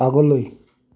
আগলৈ